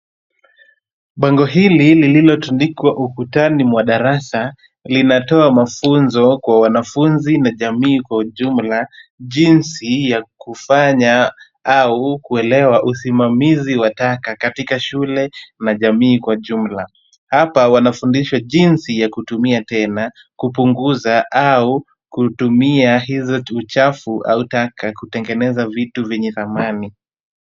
Bango hili lililotundikwa ukutani mwa darasa linatoa mafunzo kwa wanafunzi na jamii kwa ujumla jinsi ya kufanya au kuelewa usimamizi wa taka katika shule na jamii kwa jumla. Hapa wanafundishwa jinsi ya kutumia tena, kupunguza au kutumia hizo uchafu au taka kutengeneza vitu vyenye thamani.